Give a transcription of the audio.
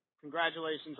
congratulations